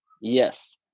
Yes